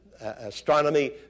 astronomy